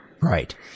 Right